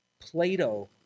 Plato